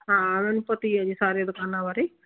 ਹਾਂ ਮੈਨੂੰ ਪਤਾ ਹੀ ਹੈ ਜੀ ਸਾਰੀਆਂ ਦੁਕਾਨਾਂ ਬਾਰੇ